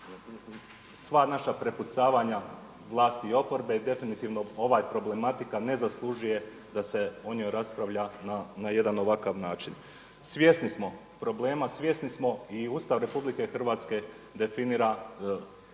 sva naša prepucavanja vlasti i oporbe i definitivno ova problematika ne zaslužuje da se o njoj raspravlja na jedan ovakav način. Svjesni smo problema, svjesni smo i Ustav Republike Hrvatske definira zdrav